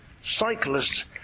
cyclists